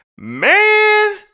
Man